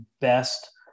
best